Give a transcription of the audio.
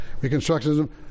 Reconstructionism